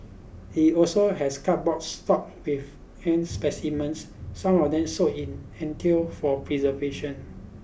he also has cupboard stocked with ant specimens some of them soaked in for preservation